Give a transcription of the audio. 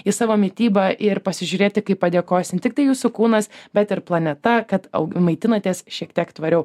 į savo mitybą ir pasižiūrėti kaip padėkos ne tiktai jūsų kūnas bet ir planeta kad au maitinatės šiek tiek tvariau